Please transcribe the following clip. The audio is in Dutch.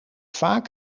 vaak